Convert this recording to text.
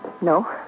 No